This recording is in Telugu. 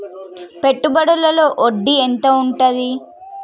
పెట్టుబడుల లో వడ్డీ ఎంత ఉంటది?